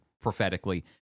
prophetically